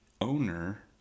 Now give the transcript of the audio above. owner